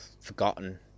forgotten